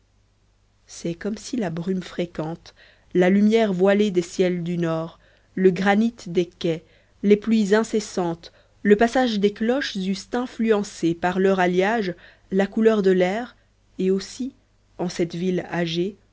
c'est comme si la brume fréquente la lumière voilée des ciels du nord le granit des quais les pluies incessantes le passage des cloches eussent influencé par leur alliage la couleur de lair et aussi en cette ville âgée